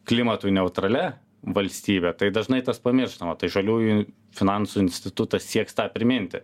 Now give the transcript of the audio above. klimatui neutralia valstybe tai dažnai tas pamirštama tai žaliųjų finansų institutas sieks tą priminti